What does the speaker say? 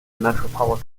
metropolitan